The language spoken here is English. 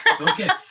Okay